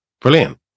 Brilliant